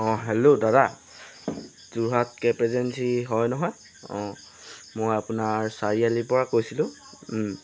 অঁ হেল্ল' দাদা Jorhat cab agency হয় নহয় অঁ মই আপোনাৰ চাৰিআলিৰ পৰা কৈছিলো